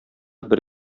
бер